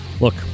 Look